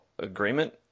Agreement